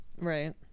Right